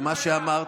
אבל הוא משיב